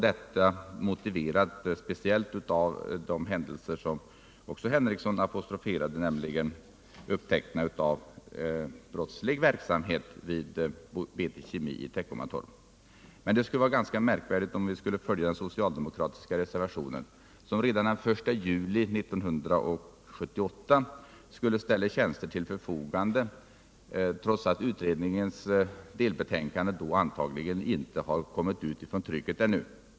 Detta har motiverats speciellt av den händelse som Lars Henrikson apostroferade, nämligen upptäckten av brottslig verksamhet hos BT Kemi i Teckomatorp. Men det skulle vara ganska märkligt om vi skulle följa den socialdemokratiska reservationen att redan den 1 juli 1978 ställa tjänster till förfogande, trots att utredningens betänkande då antagligen ännu inte kommit ut från trycket.